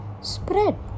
spread